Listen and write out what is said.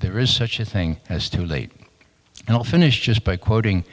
there is such a thing as too late and i'll finish just by